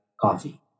coffee